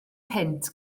punt